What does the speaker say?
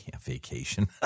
vacation